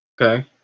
Okay